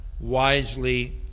Wisely